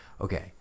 Okay